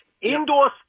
Indoor